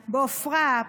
בעפרה,